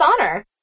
honor